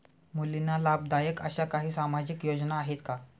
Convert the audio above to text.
मुलींना लाभदायक अशा काही सामाजिक योजना आहेत का?